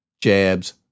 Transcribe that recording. jabs